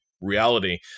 reality